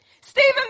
Stephen